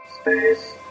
Space